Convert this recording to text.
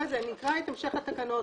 נקרא את המשך התקנות.